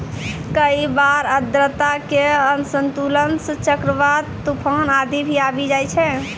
कई बार आर्द्रता के असंतुलन सं चक्रवात, तुफान आदि भी आबी जाय छै